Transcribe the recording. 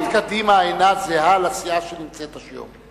לא, סיעת קדימה אינה זהה לסיעה שנמצאת היום.